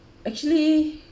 actually